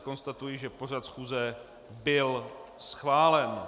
Konstatuji, že pořad schůze byl schválen.